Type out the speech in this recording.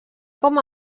com